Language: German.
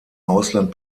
ausland